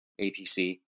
APC